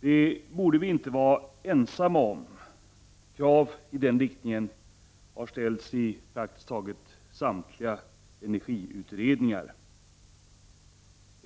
Det borde vi inte vara ensamma om. Krav i den riktningen har ställts i praktiskt taget samtliga energiutredningar.